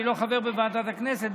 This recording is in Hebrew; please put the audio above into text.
אני לא חבר בוועדת הכנסת,